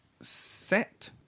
set